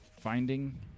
finding